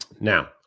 now